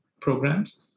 programs